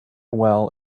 well